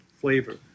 flavor